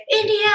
India